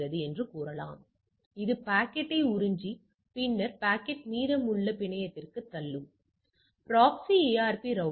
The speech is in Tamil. நாம் பெறப்பட்டவையைப் பார்க்கிறோம் நாம் எதிர்பார்க்கப்பட்டவையைப் பார்ப்போம்